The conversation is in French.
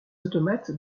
automates